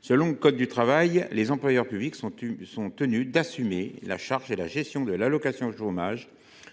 Selon le code du travail, les employeurs publics sont tenus d’assumer la charge et la gestion de l’allocation chômage